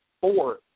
four